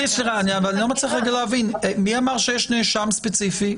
אני לא מצליח להבין, מי אמר שיש נאשם ספציפי?